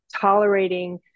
tolerating